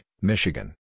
Michigan